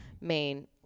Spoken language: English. main